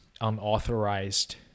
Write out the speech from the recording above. unauthorized